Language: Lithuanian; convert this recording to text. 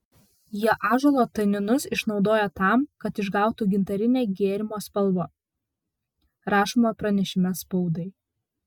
jie ąžuolo taninus išnaudoja tam kad išgautų gintarinę gėrimo spalvą rašoma pranešime spaudai